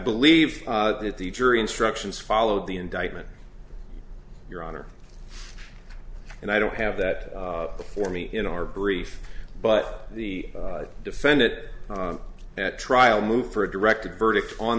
believe that the jury instructions followed the indictment your honor and i don't have that for me in our brief but the defend it at trial moved for a directed verdict on